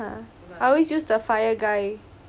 I always use the fire guy